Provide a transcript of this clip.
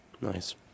Nice